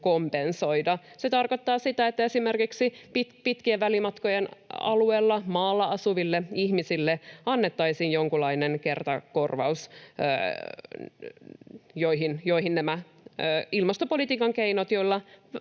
kompensoida. Se tarkoittaa sitä, että esimerkiksi pitkien välimatkojen alueella, maalla, asuville ihmisille annettaisiin jonkunlainen kertakorvaus, koska heihin osuvat nämä ilmastopolitiikan keinot, joilla